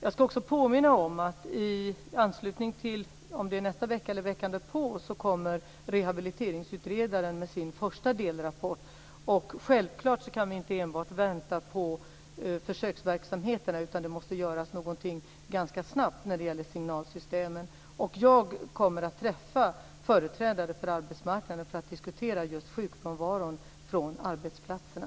Jag ska också påminna om att i nästa vecka eller veckan därpå kommer rehabiliteringsutredaren med sin första delrapport. Vi kan självfallet inte enbart vänta på försöksverksamheterna, utan någonting måste göras ganska snabbt när det gäller signalsystemen. Jag kommer att träffa företrädare för arbetsmarknaden för att diskutera just sjukfrånvaron från arbetsplatserna.